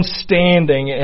standing